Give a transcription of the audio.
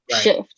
shift